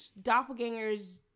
doppelgangers